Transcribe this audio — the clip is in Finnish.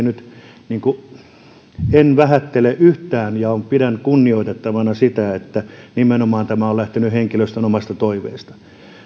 nyt vähättele yhtään ja pidän kunnioitettavana sitä että nimenomaan tämä on lähtenyt henkilöstön omasta toiveesta